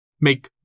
make